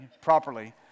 properly